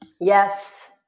Yes